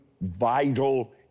vital